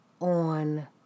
on